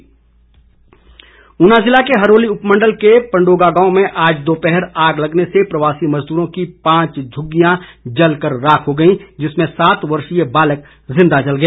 आग ऊना जिला के हरोली उपमंडल के पंडोगा गांव में आज दोपहर आग लगने से प्रवासी मजदूरों की पांच झुग्गियां जलकर राख हो गई जिसमें सात वर्षीय बालक जिंदा जल गया